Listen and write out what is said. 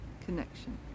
connection